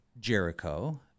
Jericho